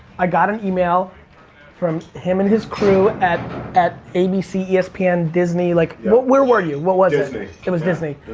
i got an email from him and his crew at at abc espn disney, like, where were you? what was it? disney. it was disney.